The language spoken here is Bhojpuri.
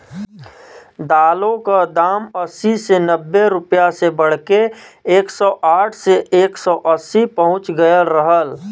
दालों क दाम अस्सी से नब्बे रुपया से बढ़के एक सौ साठ से एक सौ अस्सी पहुंच गयल रहल